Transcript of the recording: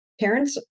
parents